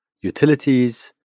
utilities